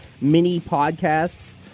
mini-podcasts